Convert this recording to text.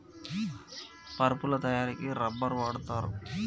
పరుపుల తయారికి రబ్బర్ వాడుతారు